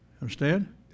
Understand